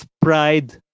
pride